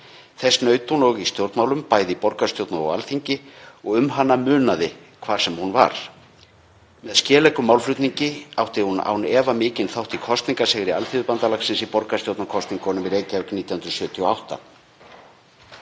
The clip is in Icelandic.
Þess naut hún og í stjórnmálum, bæði í borgarstjórn og á Alþingi, og um hana munaði hvar sem hún var. Með skeleggum málflutningi átti hún án efa mikinn þátt í kosningasigri Alþýðubandalagsins í borgarstjórnarkosningum í Reykjavík 1978.